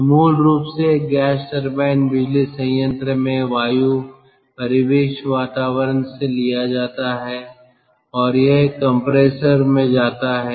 तो मूल रूप से एक गैस टरबाइन बिजली संयंत्र में वायु परिवेश वातावरण से लिया जाता है और यह एक कंप्रेसर में जाता है